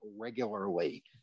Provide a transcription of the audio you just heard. regularly